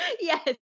Yes